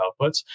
outputs